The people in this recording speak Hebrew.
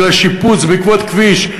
בגלל שיפוץ כביש,